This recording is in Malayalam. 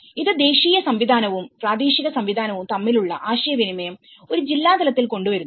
ഇത് ദേശീയ സംവിധാനവും പ്രാദേശിക സംവിധാനവും തമ്മിലുള്ള ആശയവിനിമയം ഒരു ജില്ലാ തലത്തിൽ കൊണ്ടുവരുന്നു